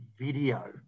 Video